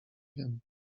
wiem